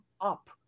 up